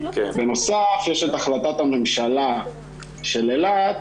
בנוסף יש את החלטת הממשלה של אילת,